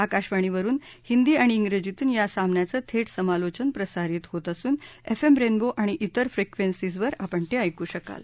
आकाशवाणीवरुन हिंदी आणि ीजीतून या सामान्याचं थेट समालोचन प्रसारीत होत असून एफ एम रेनबो आणि तिर फ्रिक्वेन्सीजवर आपण ते ऐकू शकाल